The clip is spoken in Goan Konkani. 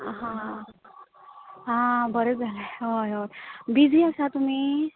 हां बरें जालें हय बिजी हा तूमी